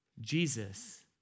Jesus